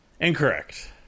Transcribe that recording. Incorrect